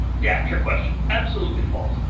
yeah, trick question. absolutely false.